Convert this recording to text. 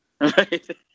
Right